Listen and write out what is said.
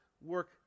work